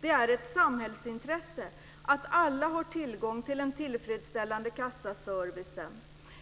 Det är ett samhällsintresse att alla har tillgång till den tillfredsställande kassaservicen.